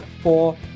four